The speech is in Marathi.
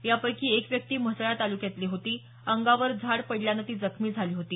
यापैकी एक व्यक्ती म्हसळा तालुक्यातली होती अंगावर झाडं पडल्यानं ती जखमी झाली होती